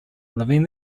living